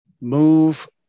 Move